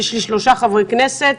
יש לי שלושה חברי כנסת.